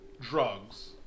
drugs